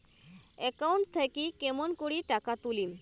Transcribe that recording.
Account থাকি কেমন করি টাকা তুলিম?